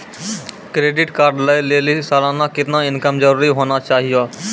Credit card लय लेली सालाना कितना इनकम जरूरी होना चहियों?